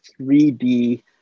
3D